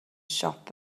siop